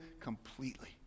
completely